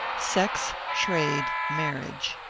sex, trade, marriage.